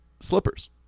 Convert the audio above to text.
Slippers